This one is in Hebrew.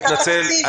את התקציב.